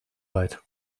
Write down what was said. weit